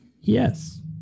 Yes